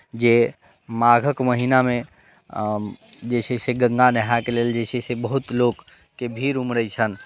जे माघक महीनामे जे छै से गङ्गा नहायके लेल जे छै से बहुत लोकके भीड़ उमरैत छनि